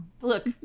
look